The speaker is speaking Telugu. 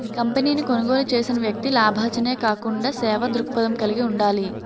కంపెనీని కొనుగోలు చేసిన వ్యక్తి లాభాజనే కాకుండా సేవా దృక్పథం కలిగి ఉండాలి